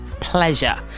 Pleasure